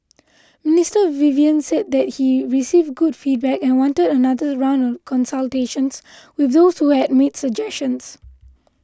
Mister Vivian said that he received good feedback and wanted another round of consultations with those who had made suggestions